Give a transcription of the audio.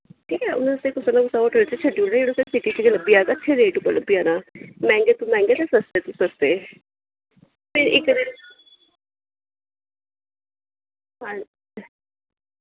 ठीक ऐ उ'नें तुसें कुसै ना कुसै होटल च छड्डी उड़ना जेह्ड़े तुस सिटी च गै लब्भी जाह्ग अच्छे रेट उप्पर लब्भी जाना मैंह्गे तो मैंह्गे ते सस्ते तो सस्ते फिर इक दिन